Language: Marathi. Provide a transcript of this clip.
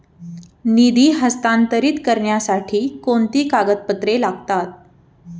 निधी हस्तांतरित करण्यासाठी कोणती कागदपत्रे लागतात?